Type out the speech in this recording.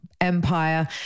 empire